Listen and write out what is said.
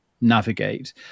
navigate